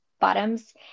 bottoms